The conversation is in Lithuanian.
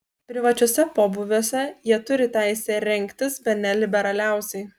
privačiuose pobūviuose jie turi teisę rengtis bene liberaliausiai